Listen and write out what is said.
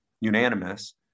unanimous